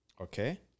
Okay